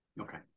Okay